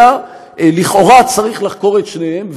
היה לכאורה צריך לחקור את שניהם,